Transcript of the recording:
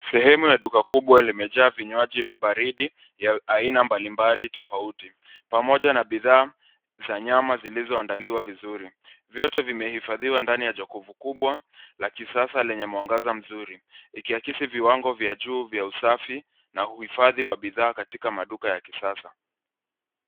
Sehemu ya duka kubwa limejaa vinywaji baridi ya aina mbalimbali tofauti, pamoja na bidhaa za nyama zilizoandaliwa vizuri. Vyote vimehifadhiwa ndani ya jokofu kubwa la kisasa lenye mwangaza mzuri ikiakisi viwango vya juu vya usafi na uhifadhi wa bidhaa katika maduka ya kisasa.